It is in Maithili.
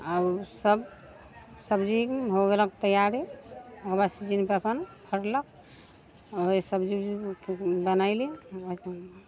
आओर ओ सभ सब्जी हो गेलक तैयारे आओर बस दिनके अपन फड़लक आओर ओ सब्जी वब्जी बनैलियै